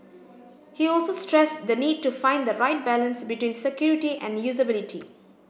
he also stressed the need to find the right balance between security and usability